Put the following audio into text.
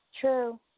True